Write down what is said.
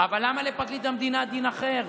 אבל למה לפרקליט המדינה דין אחר?